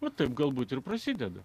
o taip galbūt ir prasideda